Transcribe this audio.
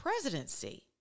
presidency